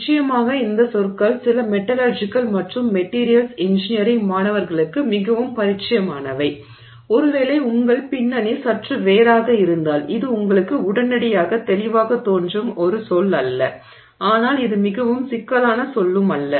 நிச்சயமாக இந்த சொற்கள் சில மெட்டலர்ஜிக்கல் மற்றும் மெட்டிரியல்ஸ் இன்ஜினியரிங் மாணவர்களுக்கு மிகவும் பரிச்சயமானவை ஒருவேளை உங்கள் பின்னணி சற்று வேறாக இருந்தால் இது உங்களுக்கு உடனடியாக தெளிவாகத் தோன்றும் ஒரு சொல் அல்ல ஆனால் இது மிகவும் சிக்கலான சொல்லும் அல்ல